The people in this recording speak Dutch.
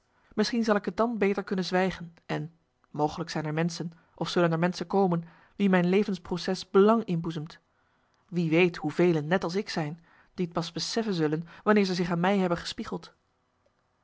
misschien zal ik t dan beter kunnen zwijgen en mogelijk zijn er menschen of zullen er menschen komen wie mijn levensproces belang inboezemt wie weet hoevelen net als ik zijn die t pas beseffen zullen wanneer zij zich aan mij hebben gespiegeld